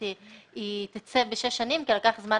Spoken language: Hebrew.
היא תצא בשש שנים כי ייקח זמן.